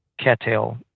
cattail